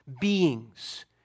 beings